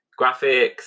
graphics